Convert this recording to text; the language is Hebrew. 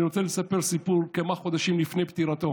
אני רוצה לספר סיפור: כמה חודשים לפני פטירתו